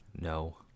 No